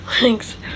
Thanks